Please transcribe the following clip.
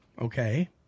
Okay